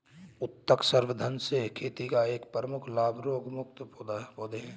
उत्तक संवर्धन से खेती का एक प्रमुख लाभ रोगमुक्त पौधे हैं